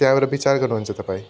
त्यहाँबाट विचार गर्नुहुन्छ तपाईँ